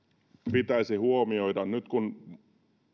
pitäisi huomioida nyt kun